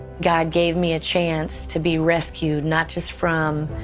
god gave me a chance to be rescued, not just from